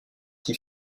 qui